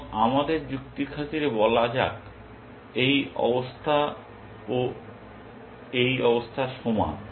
এবং আমাদের যুক্তির খাতিরে বলা যাক এই অবস্থা ও এই অবস্থা সমান